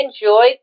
enjoyed